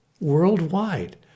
worldwide